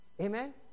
Amen